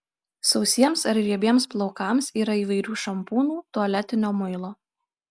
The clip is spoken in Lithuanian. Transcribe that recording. sausiems ar riebiems plaukams yra įvairių šampūnų tualetinio muilo